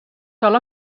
sol